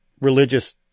religious